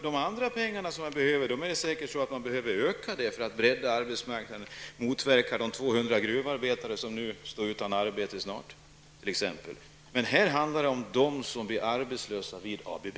De pengar som redan finns behöver säkert kompletteras, för att bredda arbetsmarknaden och motverka att 200 gruvarbetare blir utan arbete. Här handlar det om dem som blir arbetslösa vid ABB.